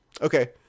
Okay